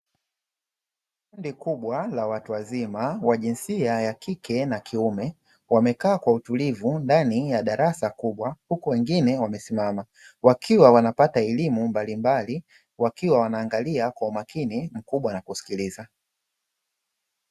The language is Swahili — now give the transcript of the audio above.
Kundi kubwa la watu wazima wa jinsia ya kike na kiume wamekaa kwa utulivu ndani ya darasa kubwa huku wengine wamesimama, wakiwa wanapata elimu mbalimbali wakiwa wanaangalia kwa umakini mkubwa na kusikiliza.